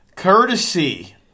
Courtesy